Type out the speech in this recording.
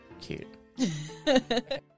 Cute